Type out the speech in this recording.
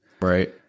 Right